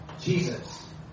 Jesus